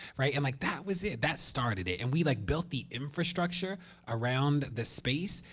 right? and like, that was it, that started it, and we like built the infrastructure around the space,